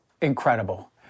incredible